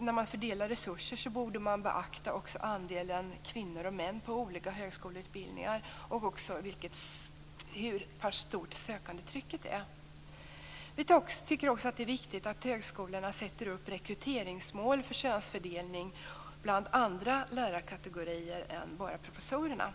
när man fördelar resurser borde beakta andelen kvinnor och män på olika högskoleutbildningar och hur stort sökandetrycket är. Det är viktigt att högskolorna sätter upp rekryteringsmål vad gäller könsfördelning för andra lärarkategorier än bara professorerna.